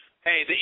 Hey